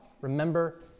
remember